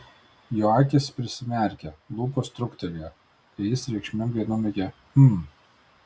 jo akys prisimerkė lūpos truktelėjo kai jis reikšmingai numykė hm